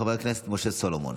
חבר הכנסת משה סולומון,